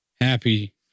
happy